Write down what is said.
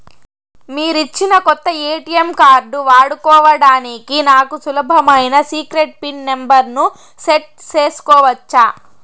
మీరిచ్చిన కొత్త ATM card వాడుకోవడానికి నాకు సులభమైన సీక్రెట్ పిన్ నెంబర్ ను సెట్ సేసుకోవచ్చా?